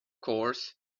course